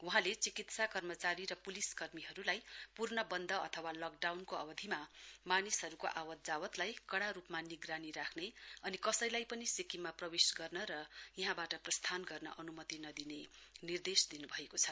वहाँले चिकित्सा कर्मचारी र पुलिस कर्मीहरुलाई पूर्ण बन्द अथवा लकडाउनको अवधिमा मानिसहरुको आवत जावतलाई कड़ा रुपमा निगरानी राख्ने अनि कसैलाई पनि सिक्किममा प्रवेश गर्न र यहाँवाट प्रस्थान गर्न अनुमति नदिने निर्देश दिनुभएको छ